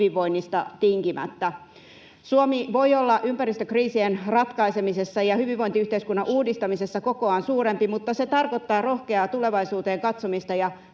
hyvinvoinnista tinkimättä. Suomi voi olla ympäristökriisien ratkaisemisessa ja hyvinvointiyhteiskunnan uudistamisessa kokoaan suurempi, mutta se tarkoittaa rohkeaa tulevaisuuteen katsomista